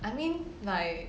I mean like